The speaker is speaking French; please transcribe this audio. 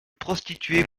prostituée